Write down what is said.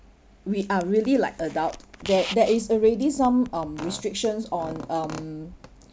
we are really like adult that there is already some um restrictions on um